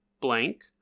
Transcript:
blank